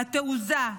התעוזה,